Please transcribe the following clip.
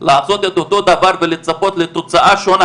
לעשות את אותו דבר ולצפות לתוצאה שונה.